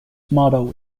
motto